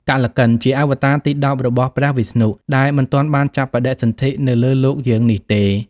កល្កិន ជាអវតារទី១០ របស់ព្រះវិស្ណុដែលមិនទាន់បានចាប់បដិសន្ធិនៅលើលោកយើងនេះទេ។